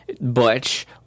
Butch